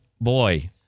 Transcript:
boy